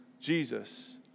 Jesus